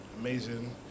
amazing